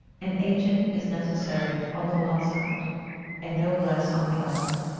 an agent is necessary on the one side and no less on the other.